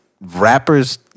rappers